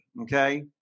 okay